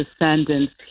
descendants